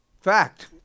Fact